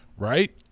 Right